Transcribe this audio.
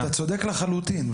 אתה צודק לחלוטין.